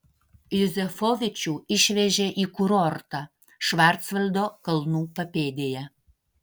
juzefovičių išvežė į kurortą švarcvaldo kalnų papėdėje